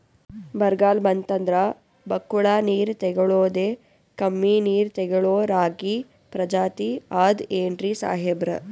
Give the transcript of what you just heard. ಬರ್ಗಾಲ್ ಬಂತಂದ್ರ ಬಕ್ಕುಳ ನೀರ್ ತೆಗಳೋದೆ, ಕಮ್ಮಿ ನೀರ್ ತೆಗಳೋ ರಾಗಿ ಪ್ರಜಾತಿ ಆದ್ ಏನ್ರಿ ಸಾಹೇಬ್ರ?